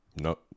No